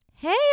Hey